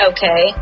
Okay